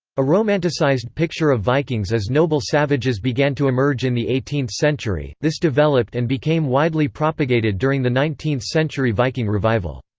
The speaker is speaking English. a romanticised picture of vikings as noble savages began to emerge in the eighteenth century this developed and became widely propagated during the nineteenth century viking revival.